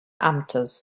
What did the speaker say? amtes